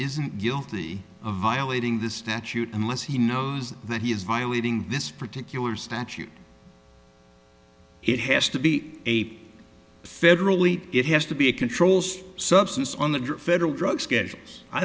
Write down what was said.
isn't guilty of violating the statute unless he knows that he is violating this particular statute it has to be a federally it has to be a controls substance on the federal drug schedule i